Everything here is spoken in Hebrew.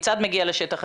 כיצד מגיע לשטח,